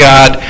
God